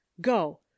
go